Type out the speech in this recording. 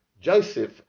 Joseph